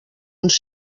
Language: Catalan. uns